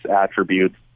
attributes